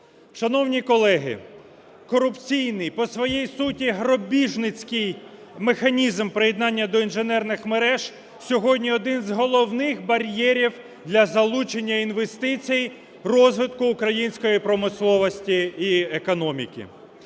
Шановні колеги, корупційний, по своїй суті, грабіжницький механізм приєднання до інженерних мереж сьогодні один з головних бар'єрів для залучення інвестицій розвитку української промисловості і економіки.